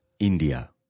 India